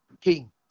King